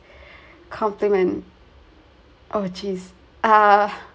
complement oh geeze ah